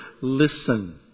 Listen